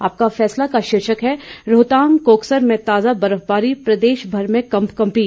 आपका फैसला का शीर्षक है रोहतांग कोकसर में ताजा बर्फबारी प्रदेश भर में कंपकंपी